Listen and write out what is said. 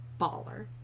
Baller